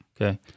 Okay